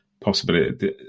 possibility